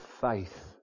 faith